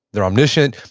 they're omniscient,